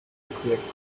declared